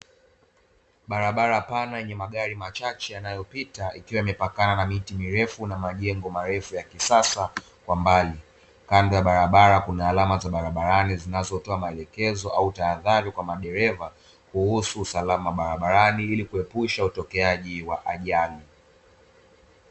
Barabara pana yenye magari machache yanayopita ikiwa imepakana na miti mirefu, na majengo marefu ya kisasa kwa mbali kando ya barabara kuna alama za barabarani zinazotoa maelekezo au utahadhari kwa madereva kuhusu usalama barabarani ili kuepusha utokeaji wa ajali.